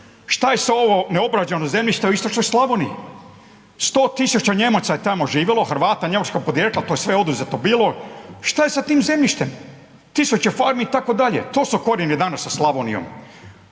Šta je sa ovim neobrađenim zemljištem u istočnoj Slavoniji. 100 tisuća Nijemaca je tamo živjelo, Hrvata njemačkog podrijetla, to je sve oduzeto bilo, šta je sa tim zemljištem, tisuće farmi itd., to su korijeni danas sa Slavonijom,